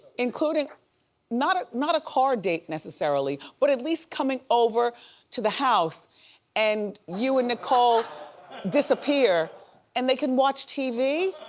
including not ah not a car date necessarily but at least coming over to the house and you and nicole disappear and they can watch tv.